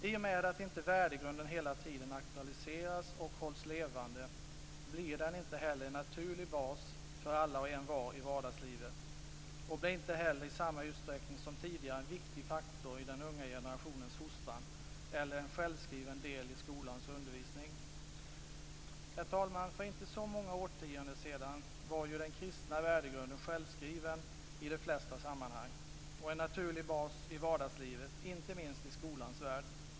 I och med att värdegrunden inte hela tiden aktualiseras och hålls levande blir den inte heller en naturlig bas för alla och envar i vardagslivet, och den blir inte heller i samma utsträckning som tidigare en viktig faktor i den unga generationens fostran eller en självskriven del i skolans undervisning. Herr talman! För inte så många årtionden sedan var den kristna värdegrunden självskriven i de flesta sammanhang och en naturlig bas i vardagslivet, inte minst i skolans värld.